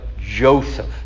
Joseph